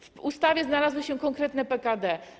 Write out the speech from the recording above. W ustawie znalazły się konkretne PKD.